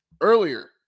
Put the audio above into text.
earlier